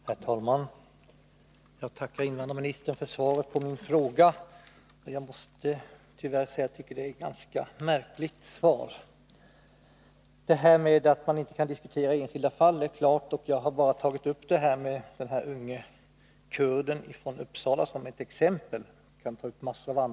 Herr talman! Jag tackar invandrarministern för svaret på min fråga. Jag måste tyvärr säga att jag tycker att det är ett märkligt svar. Det är klart att man inte här kan diskutera enskilda fall. Jag har nämnt den unge kurden från Uppsala bara som ett exempel. Det finns mängder av andra exempel som jag skulle kunna peka på.